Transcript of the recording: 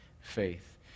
faith